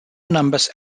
numbers